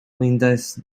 lindas